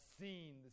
seen